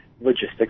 logistics